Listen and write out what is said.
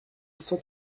cent